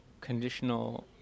conditional